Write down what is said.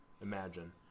imagine